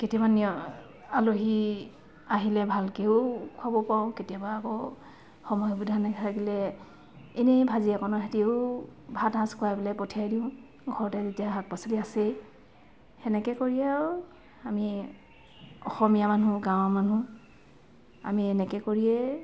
কেতিয়াবা আলহী আহিলে ভালকৈও খোৱাব পাৰোঁ কেতিয়াবা আকৌ সময় সুবিধা নাথাকিলে এনেই ভাজি অকণে সেতিও ভাতসাজ খোৱাই পঠিয়াই দিওঁ ঘৰতে যেতিয়া শাক পাচলি আছেই হেনেকে কৰি আৰু আমি অসমীয়া মানুহ গাঁৱৰ মানুহ আমি এনেকৈ কৰিয়ে